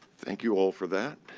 thank you all for that.